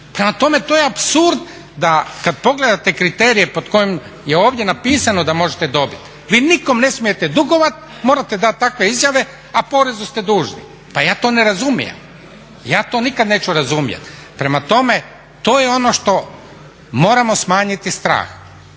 Prema tome, to je apsurd da kad pogledate kriterije pod kojim je ovdje napisano da možete dobit, vi nikome ne smijete dugovat, morate dat takve izjave, a porezu ste dužni. Pa ja to ne razumijem. Ja to nikad neću razumjet. Prema tome, to je ono što moramo smanjiti strah,